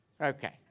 Okay